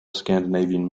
scandinavian